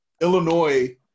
illinois